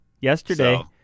yesterday